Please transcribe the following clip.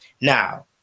Now